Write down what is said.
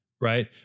right